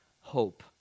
hope